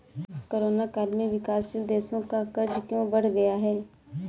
Corona काल में विकासशील देशों का कर्ज क्यों बढ़ गया है?